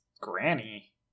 Granny